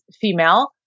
female